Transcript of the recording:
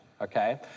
okay